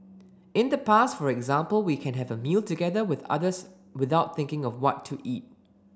in the past for example we can have a meal together with others without thinking of what to eat